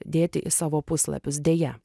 dėti į savo puslapius deja